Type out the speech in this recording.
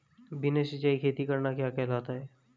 बिना सिंचाई खेती करना क्या कहलाता है?